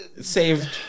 Saved